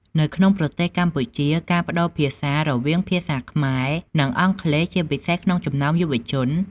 នៅក្នុងប្រទេសកម្ពុជា ការប្តូរភាសារវាងភាសាខ្មែរ និងអង់គ្លេសជាពិសេសក្នុងចំណោមយុវជន។